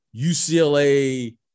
UCLA